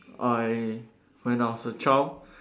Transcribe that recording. I when I was a child